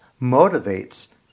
motivates